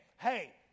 Hey